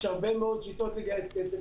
יש הרבה מאוד שיטות לגייס כסף.